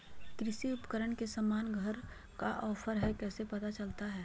कृषि उपकरण के सामान पर का ऑफर हाय कैसे पता चलता हय?